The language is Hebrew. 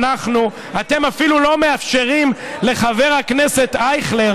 אתם אפילו לא מאפשרים לחבר הכנסת אייכלר